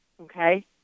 Okay